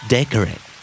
Decorate